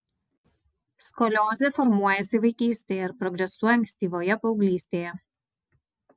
skoliozė formuojasi vaikystėje ir progresuoja ankstyvoje paauglystėje